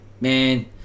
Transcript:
Man